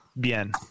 Bien